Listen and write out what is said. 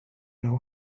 know